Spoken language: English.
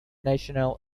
national